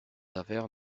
affaires